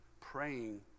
praying